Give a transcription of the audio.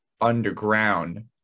underground